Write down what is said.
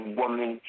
woman